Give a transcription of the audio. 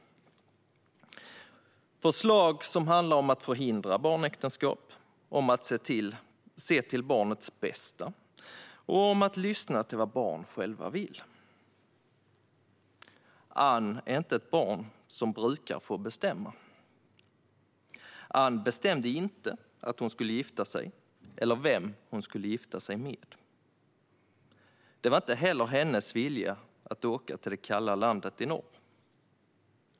Det är förslag som handlar om att förhindra barnäktenskap, om att se till barnets bästa och om att lyssna till vad barn själva vill. Ann är inte ett barn som brukar få bestämma. Ann bestämde inte att hon skulle gifta sig eller vem hon skulle gifta sig med. Det var inte heller hennes vilja att åka till det kalla landet i norr.